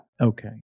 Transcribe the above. Okay